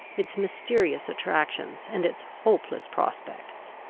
its mysterious attractions, and its hopeless prospects.